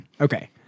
Okay